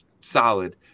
solid